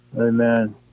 Amen